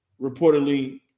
reportedly